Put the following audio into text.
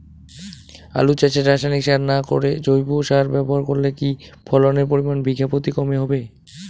আলু চাষে রাসায়নিক সার না করে জৈব সার ব্যবহার করলে কি ফলনের পরিমান বিঘা প্রতি কম হবে?